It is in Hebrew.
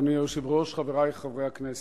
אדוני היושב-ראש, חברי חברי הכנסת,